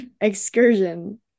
Excursion